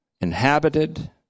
inhabited